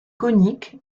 conique